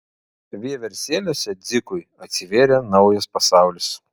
vieversėliuose dzikui atsivėrė naujas pasaulis